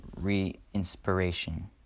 re-inspiration